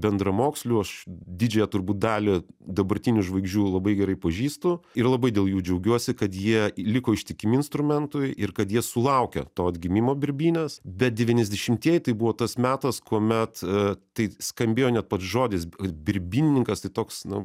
bendramokslių aš didžiąją turbūt dalį dabartinių žvaigždžių labai gerai pažįstu ir labai dėl jų džiaugiuosi kad jie liko ištikimi instrumentui ir kad jie sulaukė to atgimimo birbynės bet devyniasdešimtieji tai buvo tas metas kuomet tai skambėjo net pats žodis birbynininkas tai toks na